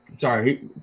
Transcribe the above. Sorry